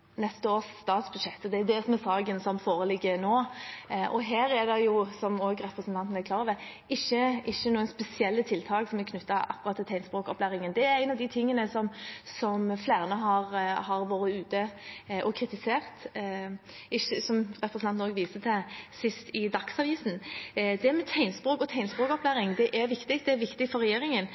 neste års statsbudsjett, og det er det som er saken som foreligger nå. Her er det, som representanten er klar over, ikke noen spesielle tiltak som er knyttet til akkurat tegnspråkopplæringen. Det er en av de tingene som flere har kritisert, som representanten også viste til, sist i Dagsavisen. Tegnspråk og tegnspråkopplæring er viktig. Det er viktig for regjeringen,